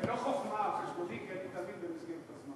זה לא חוכמה על חשבוני, כי אני תמיד במסגרת הזמן.